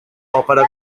òpera